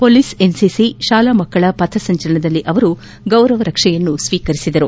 police NCC ಶಾಲಾ ಮಕ್ಕಳ ಪಥಸಂಚಲನದಲ್ಲಿ ಅವರು ಗೌರವರಕ್ಷೆ ಸ್ವೀಕರಿಸಿದರು